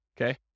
Okay